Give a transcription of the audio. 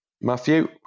Matthew